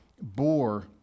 bore